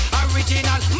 original